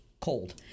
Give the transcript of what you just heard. cold